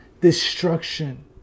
destruction